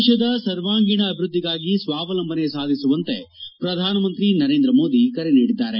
ದೇಶದ ಸರ್ವಾಂಗೀಣ ಅಭಿವ್ಯದ್ಲಿಗಾಗಿ ಸ್ನಾವಲಂಬನೆ ಸಾಧಿಸುವಂತೆ ಪ್ರಧಾನಮಂತ್ರಿ ನರೇಂದ್ರ ಮೋದಿ ಕರೆ ನೀಡಿದ್ದಾರೆ